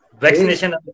Vaccination